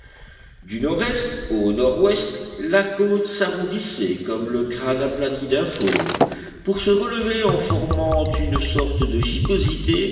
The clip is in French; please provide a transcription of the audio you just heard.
du nord-est au nord-ouest la côte s'arrondissait comme le crâne aplati d'un fauve pour se relever en formant une sorte de